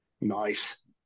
Nice